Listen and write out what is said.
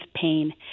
pain